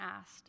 asked